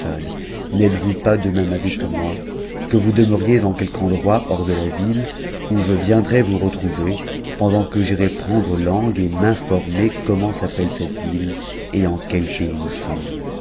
n'êtes-vous pas de même avis que moi que vous demeuriez en quelque endroit hors de la ville où je viendrai vous retrouver pendant que j'irai prendre langue et m'informer comment s'appose cette ville et en quel pays nous sommes